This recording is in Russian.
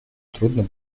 трудно